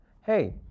Hey